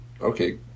Okay